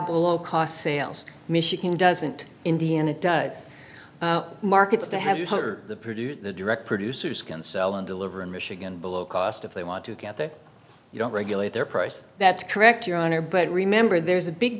below cost sales michigan doesn't indiana does markets to have you for the produce the direct producers can sell and deliver in michigan below cost if they want to get there you don't regulate their price that's correct your honor but remember there's a big